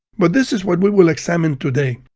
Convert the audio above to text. but this is what we will examine today.